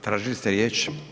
Tražili ste riječ?